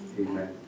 Amen